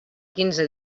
quinze